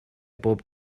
bob